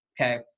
Okay